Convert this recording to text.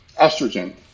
estrogen